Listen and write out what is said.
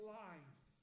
life